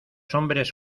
hombres